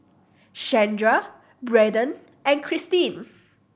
Shandra Braden and Christin